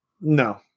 No